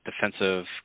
Defensive